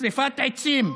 שרפת עצים,